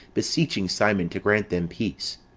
beseeching simon to grant them peace.